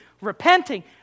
repenting